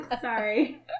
sorry